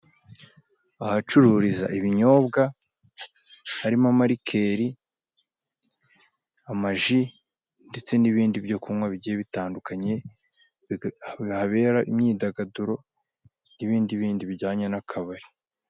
Ahacururiza ibinyobwa harimo amarikeri, amaji ndetse n'ibindi byo kunywa bigiye bitandukanye. Habera imyidagaduro n'ibindi bindi bijyanye n'akabari.